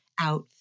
out